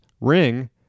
ring